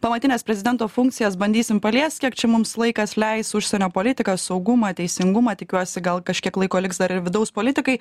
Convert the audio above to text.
pamatines prezidento funkcijas bandysim paliest kiek čia mums laikas leis užsienio politiką saugumą teisingumą tikiuosi gal kažkiek laiko liks dar ir vidaus politikai